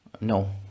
No